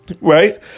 right